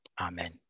Amen